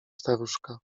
staruszka